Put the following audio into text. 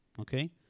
okay